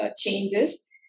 changes